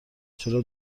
چرا